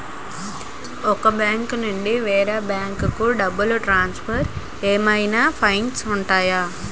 ఒక బ్యాంకు నుండి వేరే బ్యాంకుకు డబ్బును ట్రాన్సఫర్ ఏవైనా ఫైన్స్ ఉంటాయా?